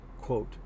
quote